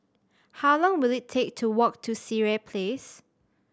how long will it take to walk to Sireh Place